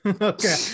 Okay